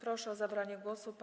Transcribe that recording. Proszę o zabranie głosu